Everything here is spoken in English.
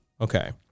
Okay